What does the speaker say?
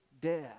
death